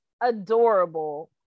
adorable